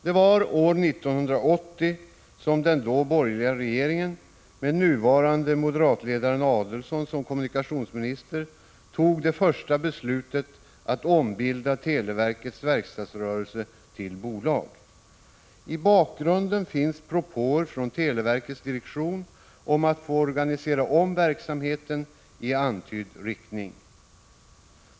Det var år 1980 som den då borgerliga regeringen med nuvarande moderatledaren Adelsohn som kommunikationsminister tog det första beslutet att ombilda televerkets verkstadsrörelse till bolag. I bakgrunden finns propåer från televerkets direktion om att få organisera om verksamhe ten i antydd riktning.